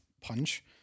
punch